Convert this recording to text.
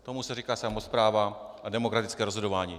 Tomu se říká samospráva a demokratické rozhodování.